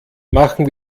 machen